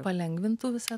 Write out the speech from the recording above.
palengvintų visa